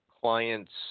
clients